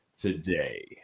today